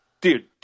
dude